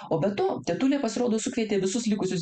o be to tetulė pasirodo sukvietė visus likusius